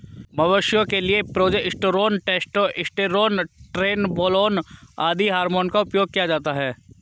मवेशियों के लिए प्रोजेस्टेरोन, टेस्टोस्टेरोन, ट्रेनबोलोन आदि हार्मोन उपयोग किया जाता है